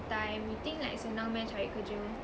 time you think like senang meh cari kerja